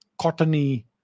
cottony